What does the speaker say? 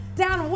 down